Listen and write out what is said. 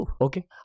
Okay